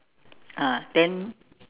ah then